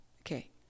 okay